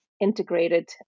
integrated